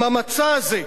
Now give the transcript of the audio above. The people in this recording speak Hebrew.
עם המצע הזה,